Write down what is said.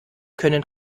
können